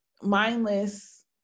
mindless